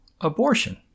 abortion